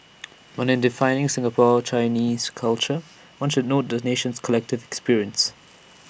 but in defining Singapore Chinese culture one should note the nation's collective experience